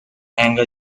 younger